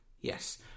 Yes